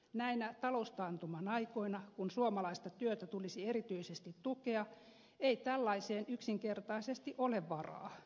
näinä taloustaantuman aikoina kun suomalaista työtä tulisi erityisesti tukea ei tällaiseen yksinkertaisesti ole varaa